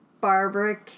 Barbara